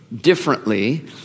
differently